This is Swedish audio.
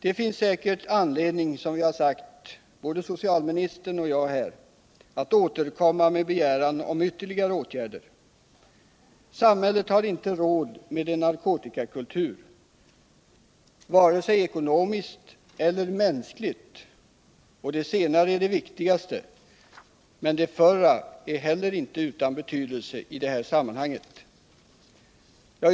Det finns säkert anledning, vilket både socialministern och jag har sagt, att återkomma med begäran om ytterligare åtgärder. Samhället har inte råd med en narkotikakultur — vare sig ekonomiskt eller. Nr 159 mänskligt. Det senare är det viktigaste, men det förra är inte heller utan Onsdagen den betydelse i det här sammanhanget.